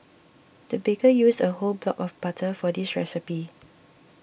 the baker used a whole block of butter for this recipe